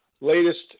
latest